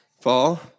fall